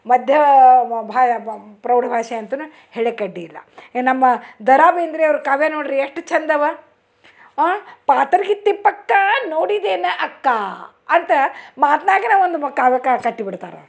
ಮಧ್ಯೆ ಪ್ರೌಢ ಭಾಷೆ ಅಂತಲೂ ಹೇಳ್ಲಿಕ್ಕೆ ಅಡ್ಡಿಯಿಲ್ಲ ಈ ನಮ್ಮ ದ ರಾ ಬೇಂದ್ರೆ ಅವ್ರ ಕಾವ್ಯ ನೋಡಿರಿ ಎಷ್ಟು ಚೆಂದಿವೆ ಹಾಂ ಪಾತರಗಿತ್ತಿ ಪಕ್ಕ ನೋಡಿದ್ದೇನೆ ಅಕ್ಕ ಅಂತ ಮಾತಿನಾಗೆ ನಾವು ಒಂದು ಬ ಕಾವ್ಯ ಕ ಕಟ್ಟಿಬಿಡ್ತಾರೆ